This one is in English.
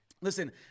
Listen